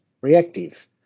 reactive